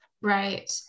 Right